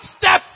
step